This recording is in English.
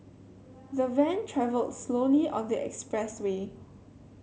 the van travelled slowly on the expressway